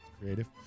Creative